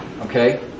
Okay